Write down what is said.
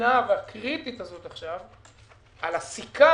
הנכונה והקריטית הזו עכשיו על הסיכה